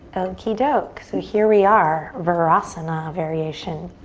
okey doke, so here we are. virasana variation.